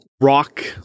rock